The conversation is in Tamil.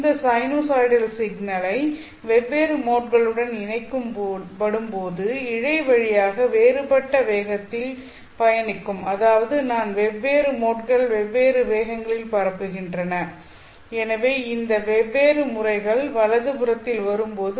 இந்த சைனூசாய்டல் சிக்னலைத் வெவ்வேறு மோட்களுடன் இணைக்கப்படும்போது இழை வழியாக வேறுபட்ட வேகத்தில் பயணிக்கும் அதாவது நான் வெவ்வேறு மோட்கள் வெவ்வேறு வேகங்களில் பரப்புகின்றன எனவே இந்த வெவ்வேறு முறைகள் ரிசீவர் வலதுபுறத்தில் வரும்போது